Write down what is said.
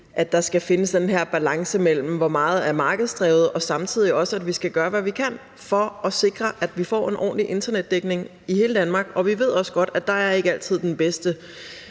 at der skal findes den her balance i, hvor meget der er markedsdrevet, og at vi samtidig også skal gøre, hvad vi kan, for at sikre, at vi får en ordentlig internetdækning i hele Danmark. Vi ved godt, at det ikke altid er den bedste